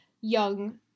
young